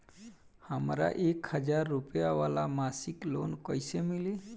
हमरा एक हज़ार रुपया वाला मासिक लोन कईसे मिली?